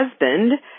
husband